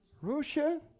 Russia